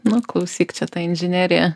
nu klausyk čia ta inžinerija